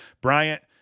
Bryant